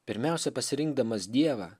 pirmiausia pasirinkdamas dievą